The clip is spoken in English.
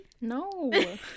no